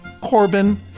Corbin